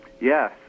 Yes